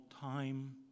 time